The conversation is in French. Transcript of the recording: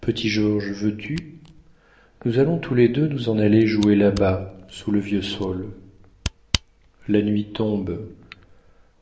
petit georges veux-tu nous allons tous les deux nous en aller jouer là-bas sous le vieux saule la nuit tombe